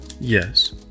Yes